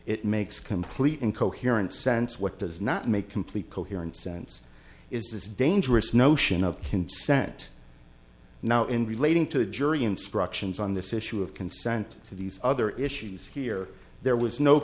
it makes complete incoherent sense what does not make complete coherent sense is dangerous notion of consent now in relating to the jury instructions on this issue of consent to these other issues here there was no